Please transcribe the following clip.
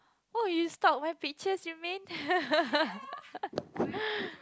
oh you stalk my pictures you mean